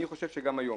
אני חושב שגם היום